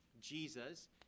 Jesus